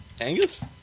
Angus